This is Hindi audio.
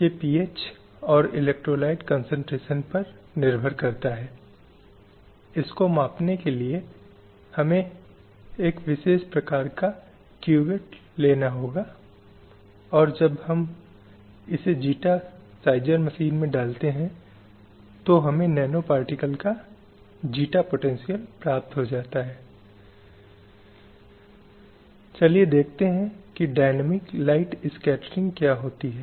स्लाइड समय संदर्भ 0202 और फिर संवैधानिक दृष्टिकोण से भारत पर आ रही हूं क्योंकि महिलाओं के अधिकारों और हकों के संबंध में लैंगिक न्याय की जो समझ हमारे पास है वह शायद 1945 के बाद में कई वर्षों से हुए अंतर्राष्ट्रीय विकासों से बहुत प्रभावित हुई है और वे भारत वापस आने के बाद के हैं